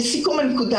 לסיכום הנקודה